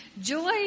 Joy